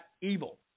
evil